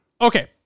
Okay